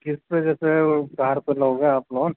किस्त पर जैसे है वो कार पर न होगा आपको लोन